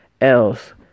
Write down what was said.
else